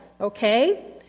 okay